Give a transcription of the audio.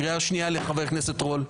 קריאה שנייה לחבר הכנסת רול.